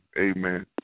Amen